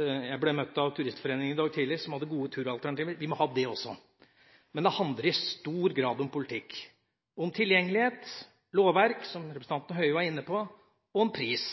Jeg ble møtt av Turistforeningen i dag tidlig som hadde gode turalternativer, og vi må ha det også. Men det handler i stor grad om politikk, om tilgjengelighet, om lovverk – som representanten Høye var inne på – og om pris.